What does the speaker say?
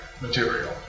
material